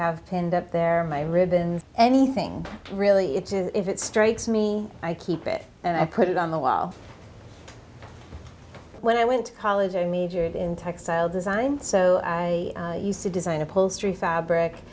pinned up there my ribbon anything really it just strikes me i keep it and i put it on the wall when i went to college i majored in textile design so i used to design upholstery fabric